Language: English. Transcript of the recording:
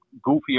goofier